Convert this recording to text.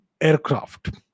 aircraft